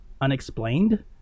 unexplained